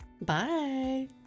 bye